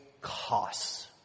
costs